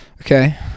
okay